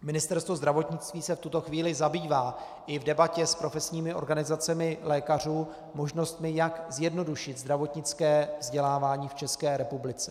Ministerstvo zdravotnictví se v tuto chvíli zabývá i v debatě s profesními organizacemi lékařů možnostmi, jak zjednodušit zdravotnické vzdělávání v České republice.